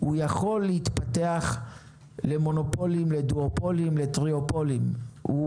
הוא יכול להתפתח למונופולים או דואופולים או טריאופולים והוא